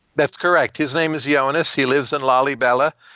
that's correct. his name is yonos. he lives in lalibela.